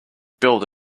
build